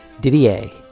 didier